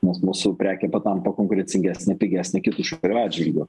nes mūsų prekė patampa konkurencingesnė pigesnė kitų šalių atžvilgiu